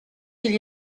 qu’il